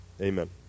Amen